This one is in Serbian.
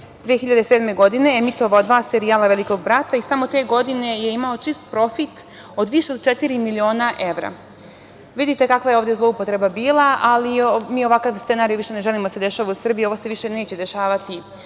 2007. godine emitovao dva serijala Velikog brata i samo te godine je imao čist profit više od četiri miliona evra. Vidite kakva je ovde zloupotreba bila, ali mi ovakav scenario više ne želimo da se dešava u Srbiji. Ovo se više neće dešavati